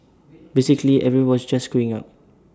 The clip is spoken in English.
basically everybody was just queuing up